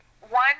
One